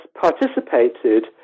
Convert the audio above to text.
participated